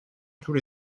tous